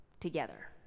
together